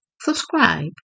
subscribe